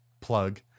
plug